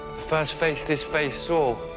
first face this face saw.